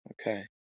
Okay